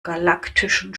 galaktischen